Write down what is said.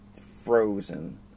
frozen